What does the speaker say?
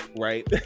right